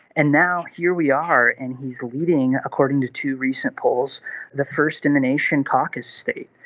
and now here we are and he is leading according to two recent polls the first in the nation caucus state.